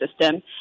system